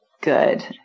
Good